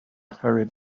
hurried